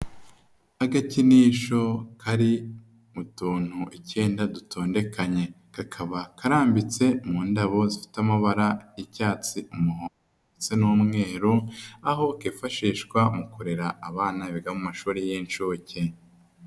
Agakinisho kari mu tuntu icyenda dutondekanye, kakaba karambitse mu ndabo zifite amabara y'icyatsi, umuhondo ndetse n'umweru, aho kifashishwa mu kurera abana biga mu mashuri y'inshuke.